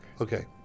Okay